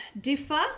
differ